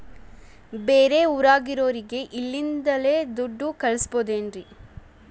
ಬೇರೆ ಊರಾಗಿರೋರಿಗೆ ಇಲ್ಲಿಂದಲೇ ದುಡ್ಡು ಕಳಿಸ್ಬೋದೇನ್ರಿ?